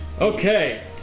Okay